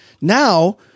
now